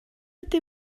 ydy